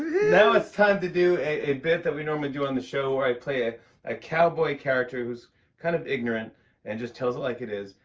now it's time to do a bit that we normally do on the show where i play ah a cowboy character who's kind of ignorant and just tells it like it is,